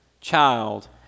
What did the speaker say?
child